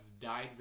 died